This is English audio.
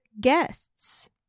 guests